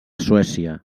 suècia